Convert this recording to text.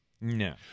No